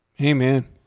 Amen